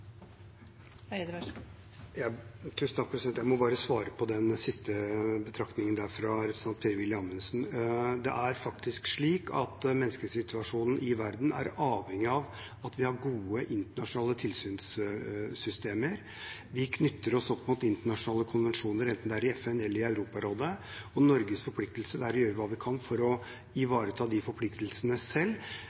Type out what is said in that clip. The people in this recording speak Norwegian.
Eide har hatt ordet to ganger tidligere og får ordet til en kort merknad, begrenset til 1 minutt. Jeg må bare svare på den siste betraktningen fra representanten Per-Willy Amundsen. Det er faktisk slik at menneskerettighetssituasjonen i verden er avhengig av at vi har gode internasjonale tilsynssystemer. Vi knytter oss opp mot internasjonale konvensjoner, enten det er i FN eller i Europarådet, og Norges forpliktelse er å gjøre hva vi kan for å ivareta de forpliktelsene